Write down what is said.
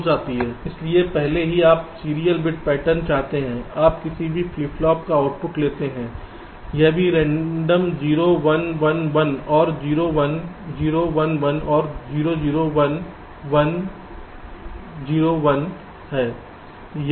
इसलिए भले ही आप सीरियल बिट पैटर्न चाहते हैं आप किसी भी फ्लिप फ्लॉप का आउटपुट लेते हैं यह भी रेंडम 0 1 1 1 और 0 1 0 1 1 और 0 0 1 1 0 1 है